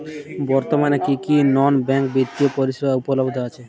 বর্তমানে কী কী নন ব্যাঙ্ক বিত্তীয় পরিষেবা উপলব্ধ আছে?